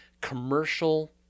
commercial